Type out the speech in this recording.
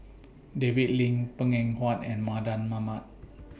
David Lim Png Eng Huat and Mardan Mamat